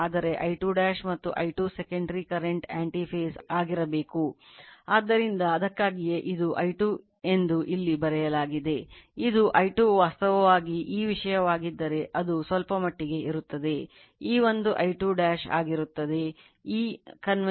ಆದರೆ I2 ಮತ್ತು I2 secondary ದಲ್ಲಿರುತ್ತವೆ